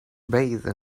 bathe